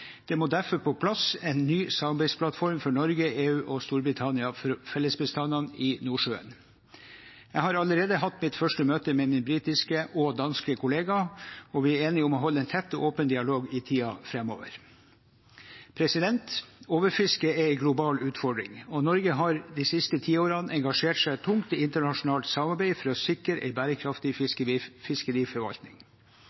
Det må derfor på plass en ny samarbeidsplattform for Norge, EU og Storbritannia for fellesbestandene i Nordsjøen. Jeg har allerede hatt mitt første møte med min britiske og danske kollega, og vi er enige om å holde en tett og åpen dialog i tiden framover. Overfiske er en global utfordring, og Norge har de siste tiårene engasjert seg tungt i internasjonalt samarbeid for å sikre en bærekraftig